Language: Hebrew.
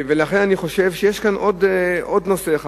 יש עוד נושא אחד,